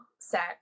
sex